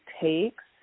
takes